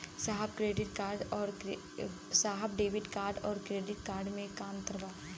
साहब debit card और credit card में का अंतर बा?